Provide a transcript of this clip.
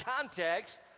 context